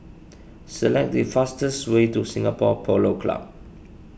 select the fastest way to Singapore Polo Club